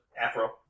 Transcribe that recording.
afro